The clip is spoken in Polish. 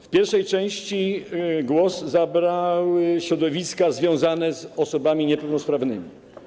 W pierwszej części głos zabrały środowiska związane z osobami niepełnosprawnymi.